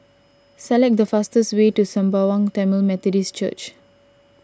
select the fastest way to Sembawang Tamil Methodist Church